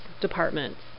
departments